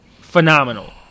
phenomenal